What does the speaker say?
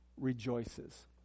rejoices